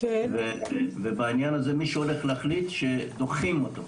ויהיה מי שיחליט שדוחים אותו.